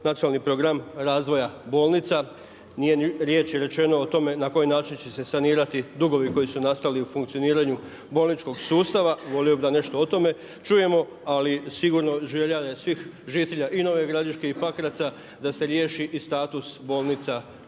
nacionalni program razvoja bolnica, riječ je rečeno o tome na koji način će se sanirati dugovi koji su nastali u funkcioniranju bolničkog sustava, volio bih da nešto o tome čujemo, ali sigurno želja je svih žitelja i Nove Gradiške i Pakraca da se riješi status bolnica u Novog